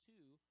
Two